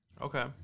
Okay